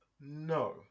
No